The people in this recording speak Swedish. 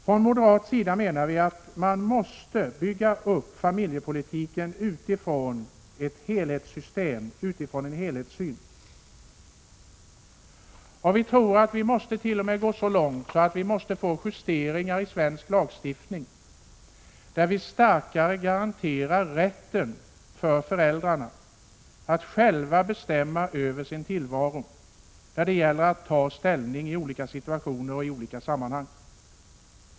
Från moderat sida menar vi att man måste bygga upp familjepolitiken utifrån en helhetssyn. Vi måste t.o.m. gå så långt att vi gör justeringar i svensk lagstiftning och starkare garanterar rätten för föräldrarna att själva bestämma över sin tillvaro när det gäller att ta ställning i olika situationer.